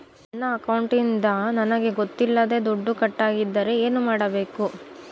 ನನ್ನ ಅಕೌಂಟಿಂದ ನನಗೆ ಗೊತ್ತಿಲ್ಲದೆ ದುಡ್ಡು ಕಟ್ಟಾಗಿದ್ದರೆ ಏನು ಮಾಡಬೇಕು?